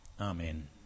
Amen